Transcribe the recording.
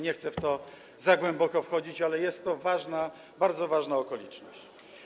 Nie chcę w to za głęboko wchodzić, ale jest to ważna, bardzo ważna okoliczność.